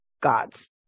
gods